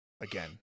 again